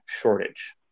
shortage